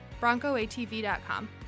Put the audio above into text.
BroncoATV.com